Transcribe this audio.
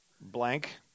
Blank